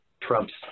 Trump's